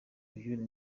uyu